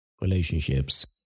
relationships